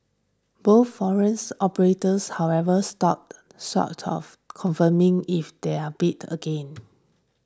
both foreign operators however stopped short of confirming if they are bid again